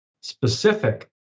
specific